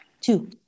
two